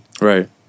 Right